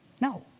No